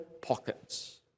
pockets